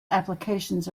applications